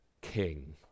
king